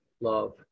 love